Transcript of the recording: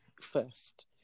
first